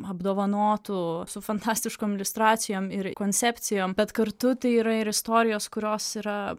apdovanotų su fantastiškom iliustracijom ir koncepcijom bet kartu tai yra ir istorijos kurios yra